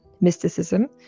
mysticism